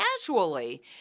casually